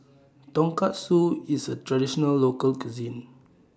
Tonkatsu IS A Traditional Local Cuisine